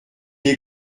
est